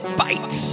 fight